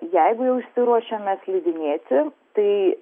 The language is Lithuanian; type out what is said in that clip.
jeigu jau išsiruošėme slidinėti tai